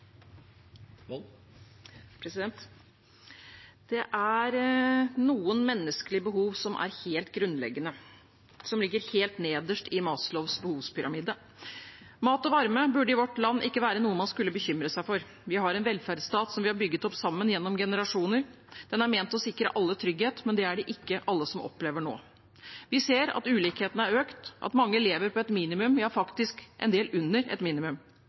til. Det er noen menneskelige behov som er helt grunnleggende, som ligger helt nederst i Maslows behovspyramide. Mat og varme burde i vårt land ikke være noe man skulle bekymre seg for. Vi har en velferdsstat som vi har bygget opp sammen, gjennom generasjoner. Den er ment å sikre alle trygghet, men det er det ikke alle som opplever nå. Vi ser at ulikheten har økt, at mange lever på et minimum – ja, faktisk en del under et minimum.